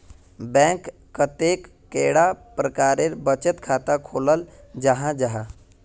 Bank कतेक कैडा प्रकारेर बचत खाता खोलाल जाहा जाहा?